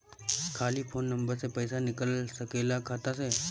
खाली phone number से पईसा निकल सकेला खाता से?